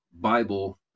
Bible